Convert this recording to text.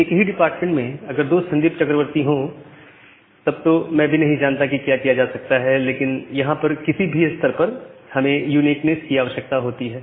एक ही डिपार्टमेंट में अगर दो संदीप चक्रवर्ती हो तब तो मैं भी नहीं जानता कि क्या किया जा सकता है लेकिन यहां पर भी किसी स्तर पर हमें यूनिकनेस की आवश्यकता होती है